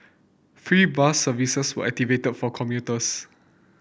free bus services were activated for commuters